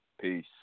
Peace